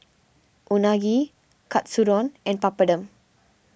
Unagi Katsudon and Papadum